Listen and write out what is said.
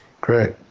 Great